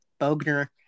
Bogner